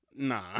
nah